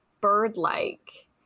bird-like